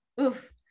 oof